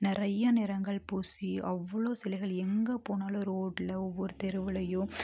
நிறையா நிறங்கள் பூசி அவ்வளோ சிலைகள் எங்கே போனாலும் ரோட்டில் ஒவ்வொரு தெருவுலேயும்